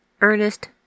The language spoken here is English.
Ernest